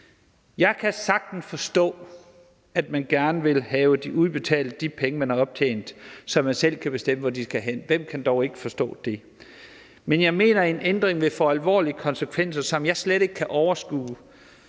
Jeg kan sagtens forstå, at man gerne vil have udbetalt de penge, man har optjent, så man selv kan bestemme, hvor de skal hen – hvem kan dog ikke forstå det? – men jeg mener, at en ændring vil få alvorlige konsekvenser, som jeg slet ikke kan overskue,